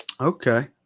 Okay